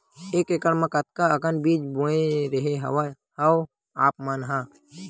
एक एकड़ म कतका अकन बीज बोए रेहे हँव आप मन ह?